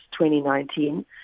2019